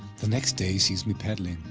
the next day sees me paddling,